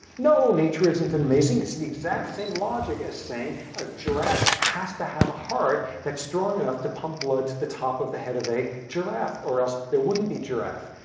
no, nature isn't and amazing. it's the exact same logic as saying a giraffe has to have a heart that's strong enough to pump blood to the top of the head of a giraffe. or else there wouldn't be a giraffe.